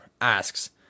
asks